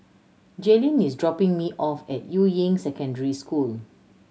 Jailyn is dropping me off at Yuying Secondary School